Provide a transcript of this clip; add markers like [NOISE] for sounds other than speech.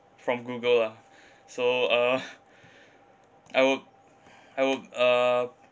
from google uh so uh I would [BREATH] I would uh